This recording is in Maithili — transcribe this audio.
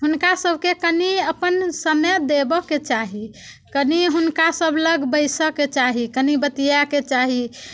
हुनकासभके कनि अपन समय देबयके चाही कनि हुनकासभ लग बैसयके चाही कनि बतियाएके चाही